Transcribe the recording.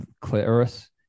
clitoris